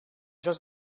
just